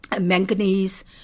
manganese